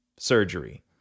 Surgery